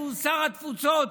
שהוא שר התפוצות,